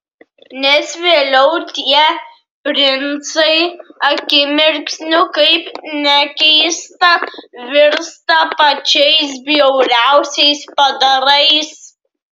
nes vėliau tie princai akimirksniu kaip nekeista virsta pačiais bjauriausiais padarais